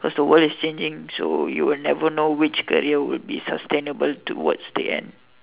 the world is changing so you will never know which career will be sustainable towards the end